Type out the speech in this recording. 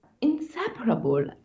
inseparable